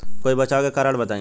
कोई बचाव के कारण बताई?